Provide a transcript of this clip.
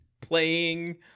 playing